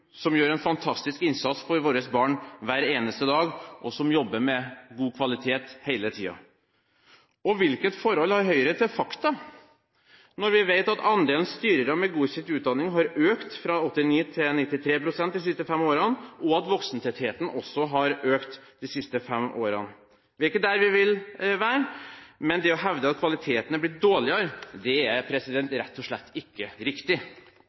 som gjør en fantastisk innsats for våre barn hver eneste dag, og som jobber med god kvalitet hele tiden? Og: Hvilket forhold har Høyre til fakta, når vi vet at andelen styrere med godkjent utdanning har økt fra 89 til 93 pst. de siste fem årene, og at voksentettheten også har økt de siste fem årene? Vi er ikke der vi vil være, men det å hevde at kvaliteten er blitt dårligere, er rett og slett ikke riktig.